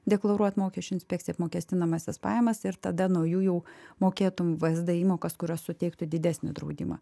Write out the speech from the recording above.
deklaruot mokesčių inspekcijai apmokestinamąsias pajamas ir tada nuo jų jau mokėtum vzd įmokas kurios suteiktų didesnį draudimą